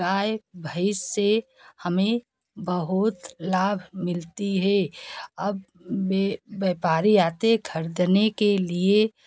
गाय भेंस से हमें बहुत लाभ मिलता है अब व्यापारी आते ख़रीदने के लिए